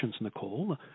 Nicole